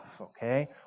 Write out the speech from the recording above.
okay